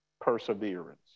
perseverance